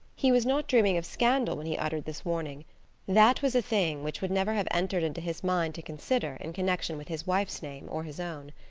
he was not dreaming of scandal when he uttered this warning that was a thing which would never have entered into his mind to consider in connection with his wife's name or his own.